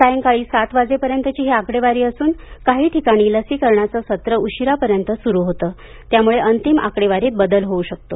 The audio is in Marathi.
सायंकाळी सात वाजेपर्यंतची ही आकडेवारी असून काही ठिकाणी लसीकरणाचे सत्र उशिरापर्यंत सुरु होते त्यामुळे अंतिम आकडेवारीत बदल होऊ शकतो